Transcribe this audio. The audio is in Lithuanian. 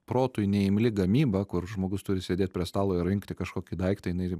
protui neimli gamyba kur žmogus turi sėdėt prie stalo ir rinkti kažkokį daiktą jinai